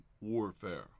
warfare